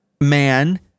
man